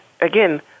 again